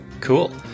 cool